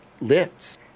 lifts